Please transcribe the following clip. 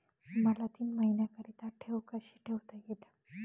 मला तीन महिन्याकरिता ठेव कशी ठेवता येईल?